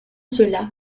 cela